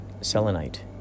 selenite